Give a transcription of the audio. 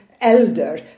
elder